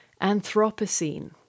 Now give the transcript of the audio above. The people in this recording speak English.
anthropocene